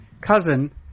cousin